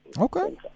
Okay